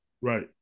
Right